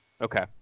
Okay